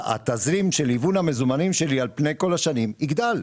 התזרים של היוון המזומנים שלי על פני כל השנים יגדל.